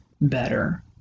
better